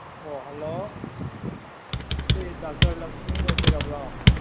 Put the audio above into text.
ꯑꯣ ꯍꯂꯣ ꯁꯤ ꯗꯥꯛꯇꯔ ꯂꯛꯁꯃꯤ ꯑꯣꯏꯕꯤꯔꯕ꯭ꯔꯣ